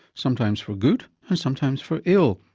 sometimes for good and sometimes for ill.